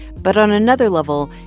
but on another level,